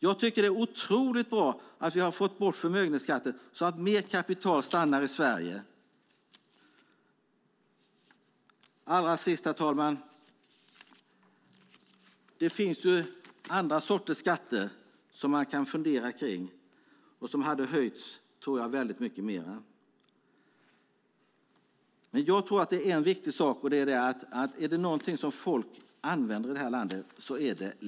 Jag tycker att det är otroligt bra att vi har fått bort förmögenhetsskatten så att mer kapital stannar i Sverige. Herr talman! Allra sist vill jag säga att det finns andra sorters skatter som man kan fundera på och som jag tror hade höjts väldigt mycket mer. Är det någonting som folk i det här landet använder så är det elektricitet.